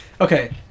Okay